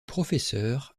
professeur